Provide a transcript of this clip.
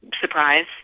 surprise